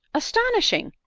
astonishing.